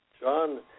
John